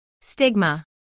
Stigma